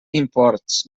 imports